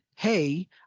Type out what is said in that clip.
Hey